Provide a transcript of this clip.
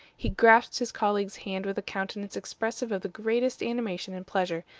he grasped his colleague's hand with a countenance expressive of the greatest animation and pleasure,